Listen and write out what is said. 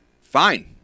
fine